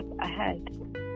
ahead